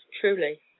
truly